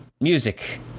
music